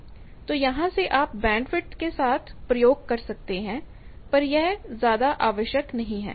तोयहां से आप बैंडविथ के साथ प्रयोग कर सकते हैं पर यह ज्यादा आवश्यक नहीं है